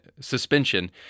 suspension